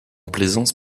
plaisance